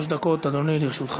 שלוש דקות לרשותך.